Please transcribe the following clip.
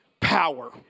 power